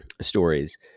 stories